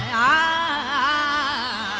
aa